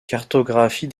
cartographie